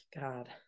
God